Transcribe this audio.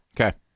Okay